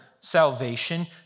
salvation